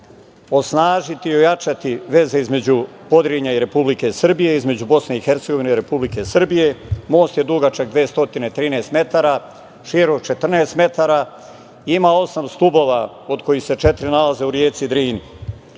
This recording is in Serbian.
osnažiti i ojačati veze između Podrinja i Republike Srbije, između BiH i Republike Srbije. Most je dugačak 213 metara, širok 14 metara, ima osam stubova od kojih se četiri nalaze u reci